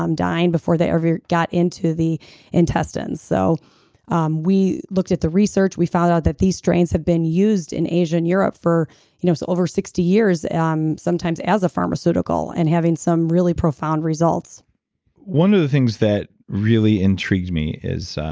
um dying before they ever got into the intestines. so um we looked at the research. we found out that these strains have been used in asia and europe for you know so over sixty years um sometimes as a pharmaceutical and having some really profound results one of the things that really intrigues me is